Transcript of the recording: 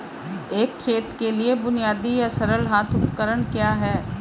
एक खेत के लिए बुनियादी या सरल हाथ उपकरण क्या हैं?